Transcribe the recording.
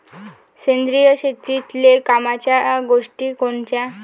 सेंद्रिय शेतीतले कामाच्या गोष्टी कोनच्या?